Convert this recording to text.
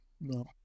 no